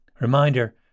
Reminder